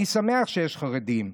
אני שמח שיש חרדים,